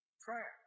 Prayer